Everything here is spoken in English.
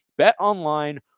BetOnline